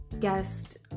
guest